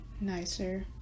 nicer